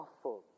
awful